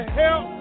help